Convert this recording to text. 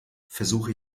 versuche